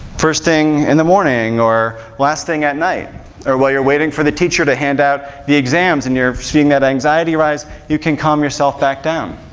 first thing in the morning or last thing at night or while you're waiting for the teacher to hand out the exams, and you're seeing that anxiety rise, you can calm yourself back down.